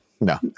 no